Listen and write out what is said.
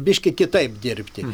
biški kitaip dirbti